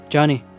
Johnny